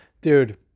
Dude